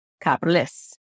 capitalist